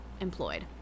employed